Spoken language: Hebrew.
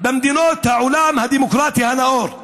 במדינות העולם הדמוקרטי הנאור?